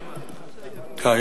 אה,